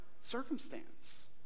circumstance